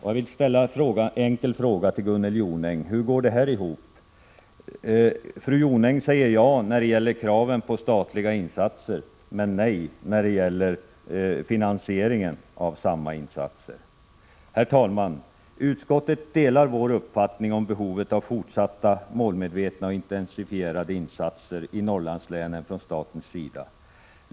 Jag vill ställa en fråga till Gunnel Jonäng. Hur går det här ihop? Fru Jonäng säger ja till kraven på statliga insatser men nej till finansieringen av samma insatser. Herr talman! Utskottet delar vår uppfattning om behovet av fortsatta målmedvetna och intensifierade insatser i Norrlandslänen från statens sida.